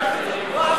לא,